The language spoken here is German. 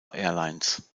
airlines